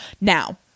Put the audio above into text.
Now